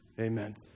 Amen